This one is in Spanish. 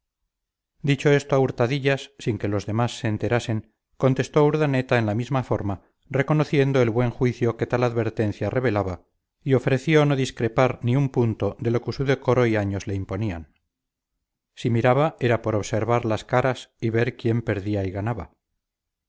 dicho esto a hurtadillas sin que los demás se enterasen contestó urdaneta en la misma forma reconociendo el buen juicio que tal advertencia revelaba y ofreció no discrepar ni un punto de lo que su decoro y años le imponían si miraba era por observar las caras y ver quién perdía y ganaba